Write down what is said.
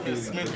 הביא מזון,